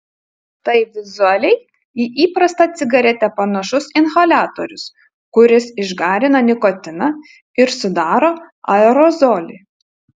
tai vizualiai į įprastą cigaretę panašus inhaliatorius kuris išgarina nikotiną ir sudaro aerozolį